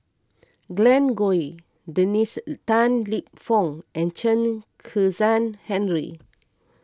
Glen Goei Dennis Tan Lip Fong and Chen Kezhan Henri